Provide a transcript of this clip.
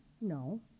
No